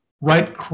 right